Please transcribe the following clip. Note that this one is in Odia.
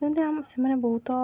ଯେମିତି ଆମ ସେମାନେ ବହୁତ